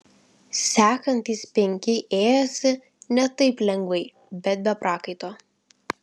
sekantys penki ėjosi ne taip lengvai bet be prakaito